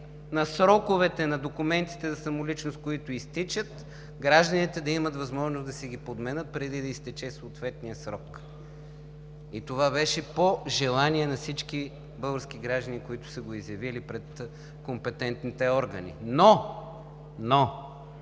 на сроковете на документите за самоличност, които изтичат – гражданите да имат възможност да си ги подменят преди да изтече съответният срок. Това беше по желание на всички български граждани, които са го изявили пред компетентните органи. Но, но